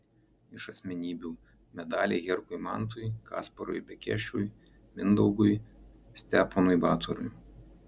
iš asmenybių medaliai herkui mantui kasparui bekešui mindaugui steponui batorui